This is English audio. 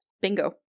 Bingo